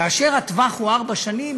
כאשר הטווח הוא ארבע שנים,